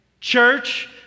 Church